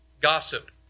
gossip